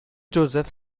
joseph